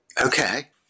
Okay